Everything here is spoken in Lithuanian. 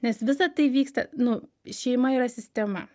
nes visa tai vyksta nu šeima yra sistema